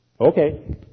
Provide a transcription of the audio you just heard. okay